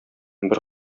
бер